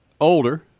older